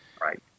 Right